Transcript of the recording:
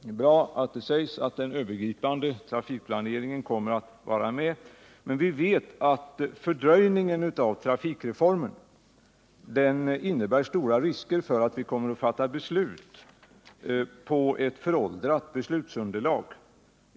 Det är bra att den övergripande trafikplaneringen kommer att vara med. Men vi vet att fördröjningen av trafikreformen innebär stora risker för att vi kommer att fatta beslut på ett föråldrat beslutsunderlag.